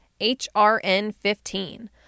HRN15